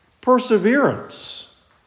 perseverance